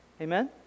Amen